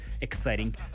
exciting